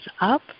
up